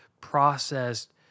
processed